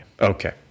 Okay